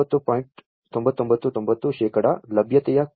9999 ಶೇಕಡಾ ಲಭ್ಯತೆಯ ಕ್ರಮದಲ್ಲಿ ಲಭ್ಯತೆಯನ್ನು ಹೊಂದಿರಬೇಕು